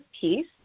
piece